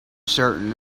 certain